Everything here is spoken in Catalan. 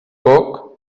foc